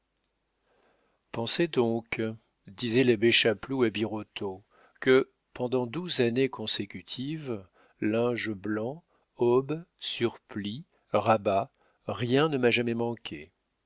pensez donc disait l'abbé chapeloud à birotteau que pendant douze années consécutives linge blanc aubes surplis rabats rien ne m'a jamais manqué